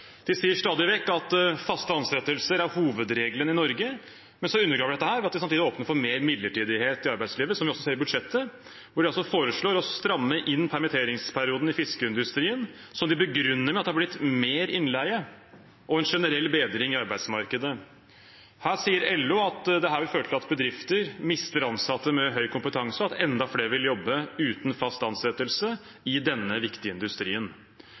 De sier stadig vekk at faste ansettelser er hovedregelen i Norge, men så undergraver de dette ved at de samtidig åpner for mer midlertidighet i arbeidslivet. Det er noe som vi også ser i budsjettet, hvor de foreslår å stramme inn permitteringsperioden i fiskeindustrien, som de begrunner med at det har blitt mer innleie og en generell bedring i arbeidsmarkedet. LO sier at dette vil føre til at bedrifter mister ansatte med høy kompetanse, og at enda flere vil jobbe uten fast ansettelse i denne viktige industrien.